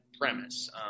premise